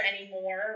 anymore